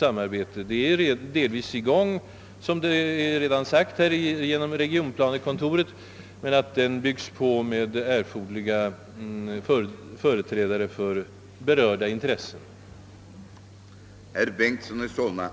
Såsom redan anförts pågår i viss mån en utredning i saken inom regionplanekontoret, men det är angeläget att företrädare för alla övriga intressen även får delta i detta utredningsarbete.